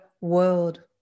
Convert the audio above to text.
world